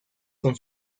con